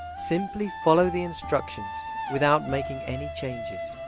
simply follow the instructions without making any changes.